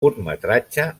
curtmetratge